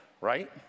right